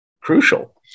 crucial